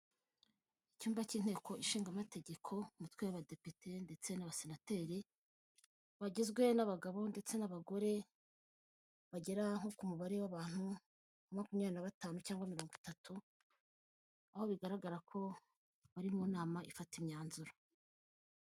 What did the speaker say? Icyumba cy'inteko ishinga amategeko umutwe w'abadepite ndetse n'abasenateri bagizwe n'abagabo ndetse n'abagore bagera nko ku mubare wabantu makumyabiri na batanu cyangwa mirongo itatu aho bigaragara ko bari mu nama ifata imyanzuro .